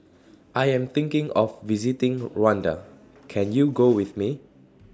I Am thinking of visiting Rwanda Can YOU Go with Me